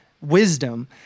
wisdom